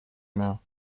mehr